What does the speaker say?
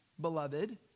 beloved